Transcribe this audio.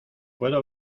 puedo